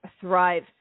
thrive